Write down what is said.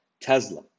Tesla